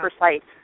precise